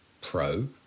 Pro